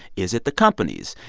is it the companies?